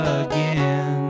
again